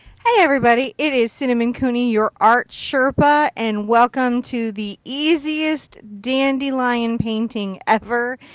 hey everybody. it is cinnamon cooney. your artsherpa. and welcome to the easiest dandelion painting ever.